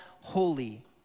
holy